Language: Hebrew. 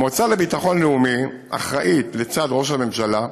המועצה לביטחון לאומי אחראית, לצד ראש הממשלה,